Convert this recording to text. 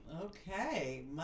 Okay